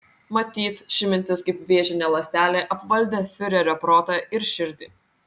matyt ši mintis kaip vėžinė ląstelė apvaldė fiurerio protą ir širdį